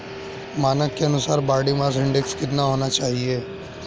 मानक के अनुसार बॉडी मास इंडेक्स कितना होना चाहिए?